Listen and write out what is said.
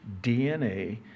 DNA